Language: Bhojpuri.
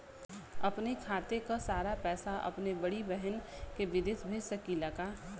अपने खाते क सारा पैसा अपने बड़ी बहिन के विदेश भेज सकीला का?